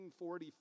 1944